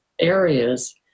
areas